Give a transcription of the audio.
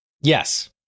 Yes